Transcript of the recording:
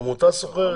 העמותה שוכרת?